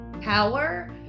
power